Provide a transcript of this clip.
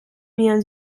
bien